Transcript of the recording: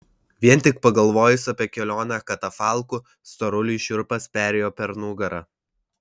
vien tik pagalvojus apie kelionę katafalku storuliui šiurpas perėjo per nugarą